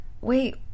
wait